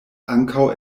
ankaŭ